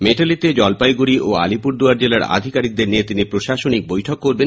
মেটালিতে জলপাইগুড়ি ও আলিপুরদুয়ার জেলার আধিকারিকদের নিয়ে তিনি প্রশাসনিক বৈঠক করবেন